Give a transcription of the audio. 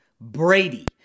Brady